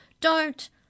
Don't